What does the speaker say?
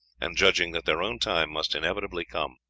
and judging that their own time must inevitably come,